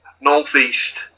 northeast